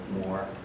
more